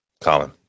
Colin